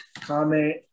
comment